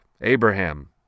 Abraham